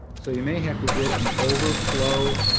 so you may have to get an overflow,